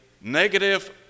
negative